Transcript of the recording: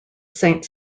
saint